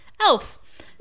Elf